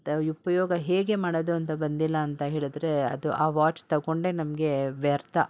ಉಪ್ಯೋಗ ಹೇಗೆ ಮಾಡೋದು ಅಂತ ಬಂದಿಲ್ಲ ಅಂತ ಹೇಳಿದರೆ ಅದು ಆ ವಾಚ್ ತೊಗೊಂಡೆ ನಮಗೆ ವ್ಯರ್ಥ